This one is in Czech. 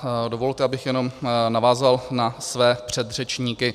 A dovolte, abych jenom navázal na své předřečníky.